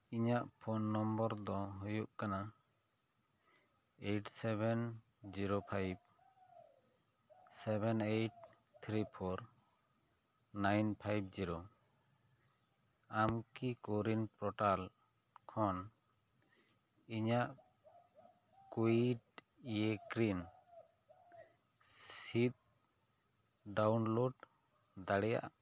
ᱤᱧᱟᱹᱜ phone number ᱫᱚ ᱦᱩᱭᱩᱜ ᱠᱟᱱᱟ eight seven zero five seven eight three four nine five zero ᱟᱢ ᱠᱤ ᱠᱳᱨᱤᱱ ᱯᱨᱚᱴᱟᱞ ᱠᱷᱚᱱ ᱤᱧᱟᱹᱜ ᱠᱳᱭᱤᱰᱤᱭᱮᱠᱨᱤᱱ ᱥᱤᱫ ᱰᱟᱣᱩᱱᱞᱳᱰ ᱫᱟᱲᱮᱭᱟᱜᱼᱟ